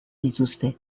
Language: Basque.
dituzte